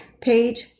page